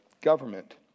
government